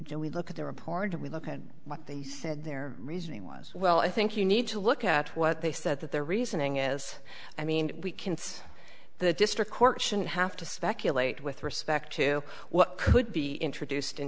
do we look at the report and we look at what they said their reasoning was well i think you need to look at what they said that their reasoning is i mean we can see the district court shouldn't have to speculate with respect to what could be introduced in